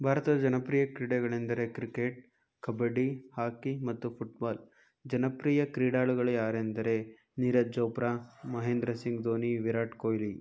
ಭಾರತದ ಜನಪ್ರಿಯ ಕ್ರೀಡೆಗಳೆಂದರೆ ಕ್ರಿಕೆಟ್ ಕಬಡ್ಡಿ ಹಾಕಿ ಮತ್ತು ಫುಟ್ಬಾಲ್ ಜನಪ್ರಿಯ ಕ್ರೀಡಾಳುಗಳು ಯಾರೆಂದರೆ ನೀರಜ್ ಚೋಪ್ರಾ ಮಹೇಂದ್ರ ಸಿಂಗ್ ಧೋನಿ ವಿರಾಟ್ ಕೊಹ್ಲಿ